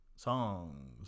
songs